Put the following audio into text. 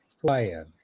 fly-in